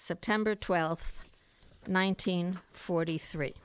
september twelfth nineteen forty three